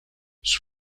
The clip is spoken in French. sous